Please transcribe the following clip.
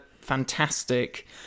fantastic